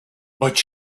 but